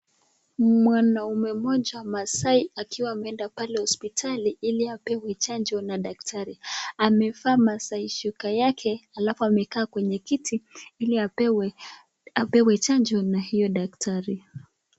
Mwanaume mmoja Maasai akiwa ameenda pale hospitali ili apewe chanjo na daktari. Amevaa Maasai shuka yake, alafu amekaa kwenye kiti ili apewe, apewe chanjo na hio daktari.